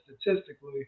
statistically